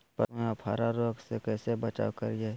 पशुओं में अफारा रोग से कैसे बचाव करिये?